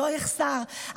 שלא יחסר,